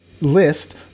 list